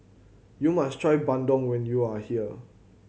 you must try bandung when you are here